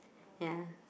ya